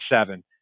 seven